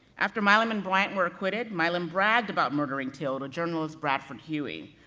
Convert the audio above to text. after milam and bryant were acquitted, milam bragged about murdering till to journalist bradford huie,